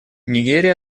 нигерия